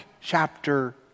chapter